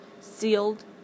sealed